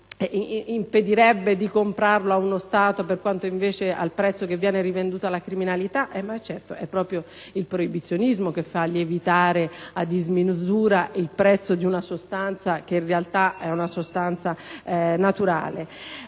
è proprio il proibizionismo che fa lievitare a dismisura il prezzo di una sostanza che, in realtà, è naturale.